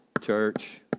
Church